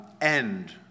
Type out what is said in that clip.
end